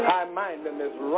High-mindedness